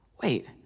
Wait